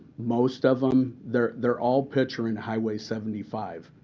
most of them they're they're all picturing highway seventy five.